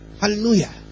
Hallelujah